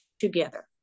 together